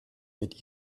mit